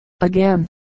again